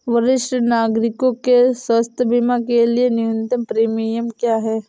वरिष्ठ नागरिकों के स्वास्थ्य बीमा के लिए न्यूनतम प्रीमियम क्या है?